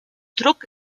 druck